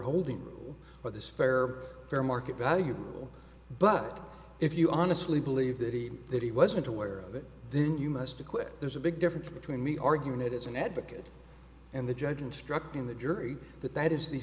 holding well this fair fair market value but if you honestly believe that he that he wasn't aware of it then you must acquit there's a big difference between me arguing it as an advocate and the judge instructing the jury that that is the